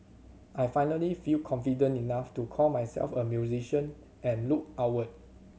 I finally feel confident enough to call myself a musician and look outward